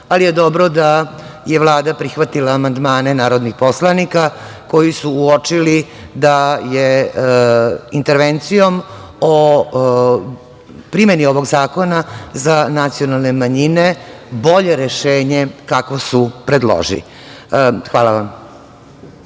ali je dobro da je Vlada prihvatila amandmane narodnih poslanika koji su uočili da je intervencijom o primeni ovog zakona za nacionalne manjine bolje rešenje kako su predložili. Hvala vam.